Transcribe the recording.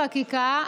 לא בחקיקה,